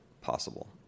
possible